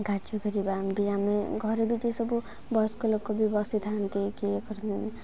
ଗାଜୁ କରିବା ବି ଆମେ ଘରେ ବି ଯେସବୁ ବୟସ୍କ ଲୋକ ବି ବସିଥାନ୍ତି କିଏ କରନ୍ତି